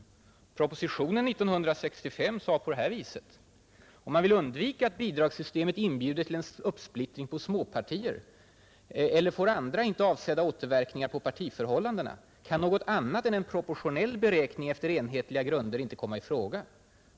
I propositionen 1965 står följande: ”Om man vill undvika att bidragssystemet inbjuder till en uppsplittring på småpartier eller får andra, inte avsedda återverkningar på partiförhållandena kan något annat än en proportionell beräkning efter enhetliga grunder inte komma i fråga.